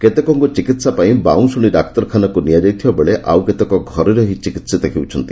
କେତେକଙ୍କୁ ଚିକିହା ପାଇଁ ବାଉଁସୁଣୀ ଡାକ୍ତରଖାନାକୁ ନିଆଯାଇଥିବା ବେଳେ ଆଉ କେତେକ ଘରେ ରହି ଚିକିିିତ ହେଉଛନ୍ତି